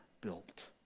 built